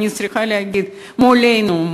אני צריכה להגיד: מולנו,